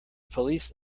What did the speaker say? police